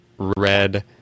red